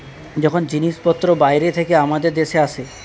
যখন জিনিসপত্র বাইরে থেকে আমাদের দেশে আসে